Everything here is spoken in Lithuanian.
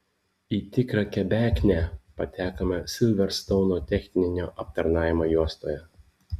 į tikrą kebeknę patekome silverstouno techninio aptarnavimo juostoje